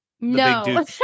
No